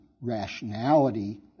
rationality